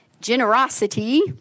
generosity